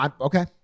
Okay